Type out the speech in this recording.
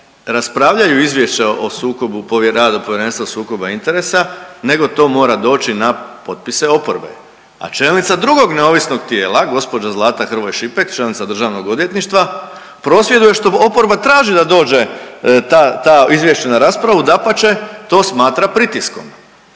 raspravljaju izvješća o sukobu o radu Povjerenstva za sukob interesa nego to mora doći na potpise oporbe. A čelnica drugog neovisnog tijela gospođa Zlata Hrvoj Šipek čelnica državnog odvjetništva prosvjeduje što oporba traži da dođe izvješće na raspravu, dapače, to smatra pritiskom.